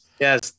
Yes